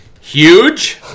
huge